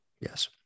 yes